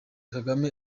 kagame